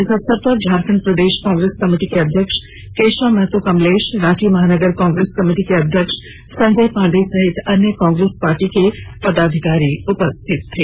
इस अवसर पर झारखंड प्रदेश कांग्रेस कमिटी के अध्यक्ष केशव महतो कमलेश रांची महानगर कांग्रेस कमिटी के अध्यक्ष संजय पांडे सहित अन्य कांग्रेस पार्टी के अन्य पदाधिकारी उपस्थित थे